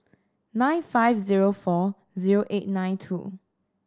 nine five zero four zero eight nine two